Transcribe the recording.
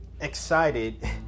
excited